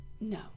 No